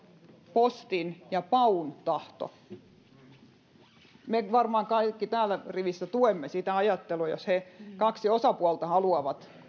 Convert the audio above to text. postin ja paun tahto me varmaan kaikki täällä rivissä tuemme sitä ajattelua jos he kaksi osapuolta haluavat